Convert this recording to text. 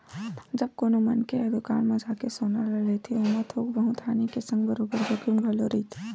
जब कोनो मनखे ह दुकान म जाके सोना ल लेथे ओमा थोक बहुत हानि के संग बरोबर जोखिम घलो रहिथे